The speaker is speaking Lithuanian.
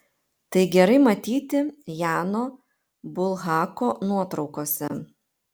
tai gerai matyti jano bulhako nuotraukose